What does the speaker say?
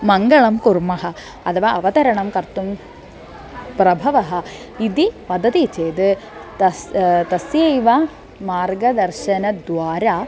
मङ्गलं कुर्मः अथवा अवतरणं कर्तुं प्रभवः इति वदति चेत् तस्य तस्यैव मार्गदर्शनद्वारा